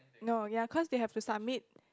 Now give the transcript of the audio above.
no ya cause they have to submit